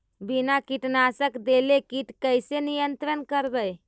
बिना कीटनाशक देले किट कैसे नियंत्रन करबै?